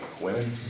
women